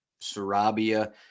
Sarabia